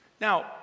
Now